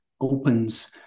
opens